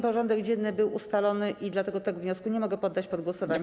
Porządek dzienny był ustalony i dlatego tego wniosku nie mogę poddać pod głosowanie.